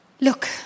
Look